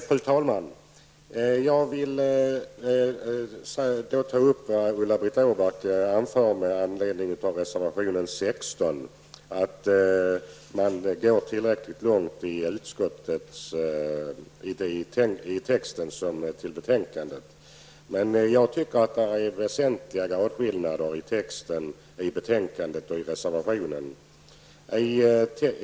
Fru talman! Jag vill ta upp det Ulla-Britt Åbark anförde med anledning av reservation 16. Hon menade att utskottet går tillräckligt långt i skrivningen i betänkandet. Men jag anser att det finns väsentliga gradskillnader mellan texten i betänkandet och den i reservationen.